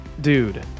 Dude